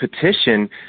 petition